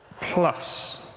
Plus